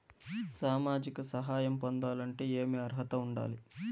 సామాజిక సహాయం పొందాలంటే ఏమి అర్హత ఉండాలి?